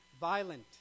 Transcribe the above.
violent